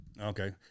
Okay